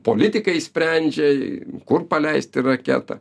politikai sprendžia kur paleisti raketą